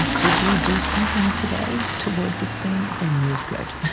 did you do something today toward this thing? then you're good.